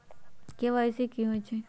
KYC कि होई छई?